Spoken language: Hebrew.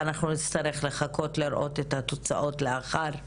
ואנחנו נצטרך לחכות לראות את התוצאות לאחר השימוש.